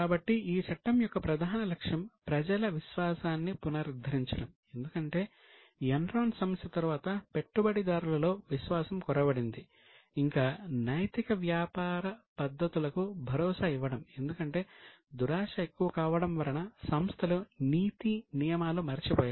కాబట్టి ఈ చట్టం యొక్క ప్రధాన లక్ష్యం ప్రజల విశ్వాసాన్ని పునరుద్ధరించడం ఎందుకంటే ఎన్రాన్ సమస్య తరువాత పెట్టుబడిదారుల లో విశ్వాసం కొరవడింది ఇంకా నైతిక వ్యాపార పద్ధతులకు భరోసా ఇవ్వడం ఎందుకంటే దురాశ ఎక్కువ కావడం వలన సంస్థలు నీతి నియమాలు మరచిపోయాయి